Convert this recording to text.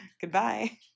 Goodbye